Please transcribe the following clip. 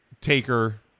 Taker –